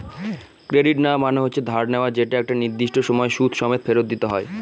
credit নেওয়া মানে হচ্ছে ধার নেওয়া যেটা একটা নির্দিষ্ট সময় সুদ সমেত ফেরত দিতে হয়